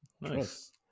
Nice